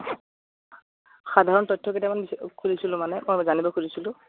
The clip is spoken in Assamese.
সাধাৰণ তথ্য কেইটামান খুজিছিলো মানে অ' জানিব খুজিছিলো